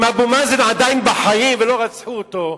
אם אבו מאזן עדיין בחיים ולא רצחו אותו,